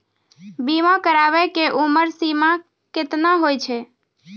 बीमा कराबै के उमर सीमा केतना होय छै?